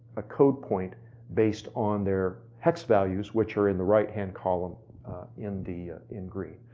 a code point based on their hex values which are in the right-hand column in the, in green.